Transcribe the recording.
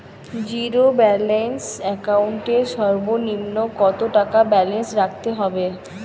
Zero balance account এর সর্বনিম্ন কত টাকা ব্যালেন্স রাখতে হবে?